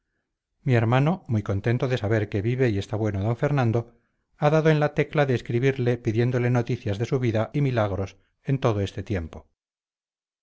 mi hermano muy contento de saber que vive y está bueno d fernando ha dado en la tecla de escribirle pidiéndole noticias de su vida y milagros en todo este tiempo